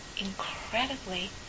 incredibly